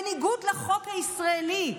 בניגוד לחוק הישראלי,